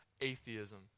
atheism